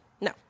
no